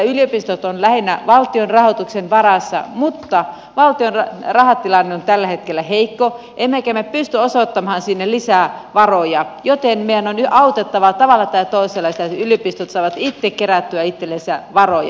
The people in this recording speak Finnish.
yliopistot ovat lähinnä valtion rahoituksen varassa mutta valtion rahatilanne on tällä hetkellä heikko emmekä me pysty osoittamaan sinne lisää varoja joten meidän on nyt autettava tavalla tai toisella sitä että yliopistot saavat itse kerättyä itsellensä varoja